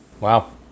Wow